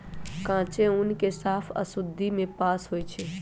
कांचे ऊन के साफ आऽ शुद्धि से पास होइ छइ